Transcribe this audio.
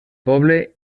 poble